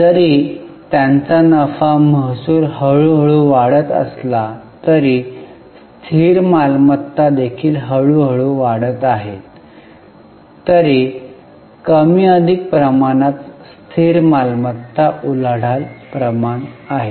जरी त्यांचा नफा महसूल हळूहळू वाढत असला तरी स्थिर मालमत्ता देखील हळू हळू वाढत आहेत तरी कमी अधिक प्रमाणात स्थिर मालमत्ता उलाढाल प्रमाण आहे